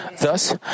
thus